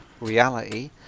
reality